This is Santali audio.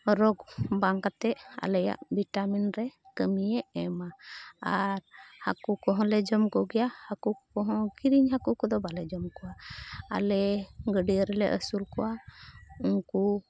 ᱨᱳᱜᱽ ᱵᱟᱝ ᱠᱟᱛᱮ ᱟᱞᱮᱭᱟᱜ ᱵᱷᱤᱴᱟᱢᱤᱱ ᱨᱮ ᱠᱟᱹᱢᱤᱭᱮ ᱮᱢᱟ ᱟᱨ ᱦᱟᱹᱠᱩ ᱠᱚᱦᱚᱸ ᱞᱮ ᱡᱚᱢ ᱠᱚᱜᱮᱭᱟ ᱦᱟᱹᱠᱩ ᱠᱚᱦᱚᱸ ᱠᱤᱨᱤᱧ ᱦᱟᱹᱠᱩ ᱠᱚᱫᱚ ᱵᱟᱞᱮ ᱡᱚᱢ ᱠᱚᱣᱟ ᱟᱞᱮ ᱜᱟᱹᱰᱭᱟᱹ ᱨᱮᱞᱮ ᱟᱹᱥᱩᱞ ᱠᱚᱣᱟ ᱩᱱᱠᱩ